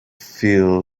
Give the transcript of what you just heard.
feel